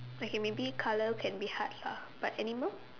okay maybe colour can be hard lah but animal